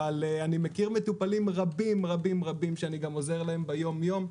אבל אני מכיר מטופלים רבים שאני גם עוזר להם ביום יום,